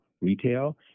retail